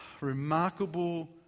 remarkable